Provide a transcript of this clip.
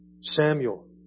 Samuel